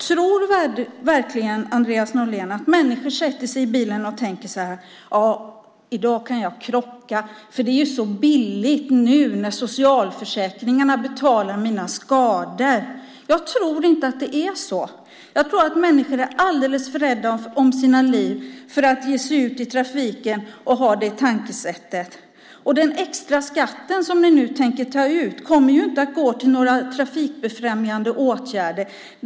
Tror verkligen Andreas Norlén att människor sätter sig i bilen och tänker: I dag kan jag krocka för det är så billigt nu när socialförsäkringarna betalar mina skador. Jag tror inte att det är så. Jag tror att människor är alldeles för rädda om sina liv för att ge sig ut i trafiken och ha det tankesättet. Den extra skatt som ni nu tänker ta ut kommer ju inte att gå till några trafikbefrämjande åtgärder.